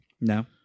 No